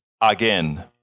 again